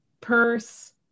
purse